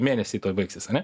mėnesiai tuoj baigsis ane